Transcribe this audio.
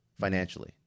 financially